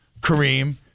kareem